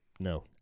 No